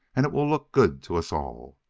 and it will look good to us all.